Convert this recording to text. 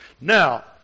Now